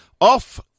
off